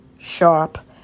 sharp